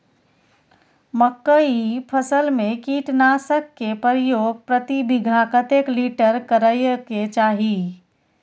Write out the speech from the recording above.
मकई फसल में कीटनासक के प्रयोग प्रति बीघा कतेक लीटर करय के चाही?